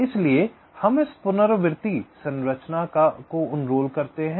इसलिए हम इस पुनरावृत्ति संरचना को उणरोल करते हैं